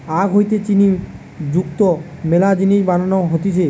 আখ হইতে চিনি যুক্ত মেলা জিনিস বানানো হতিছে